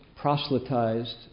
proselytized